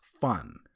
fun